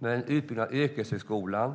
Det gällde utbyggnad av yrkeshögskolan,